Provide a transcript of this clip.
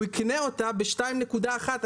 הוא יקנה אותה ב-2.1 מיליון.